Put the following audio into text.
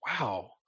wow